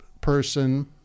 person